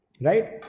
Right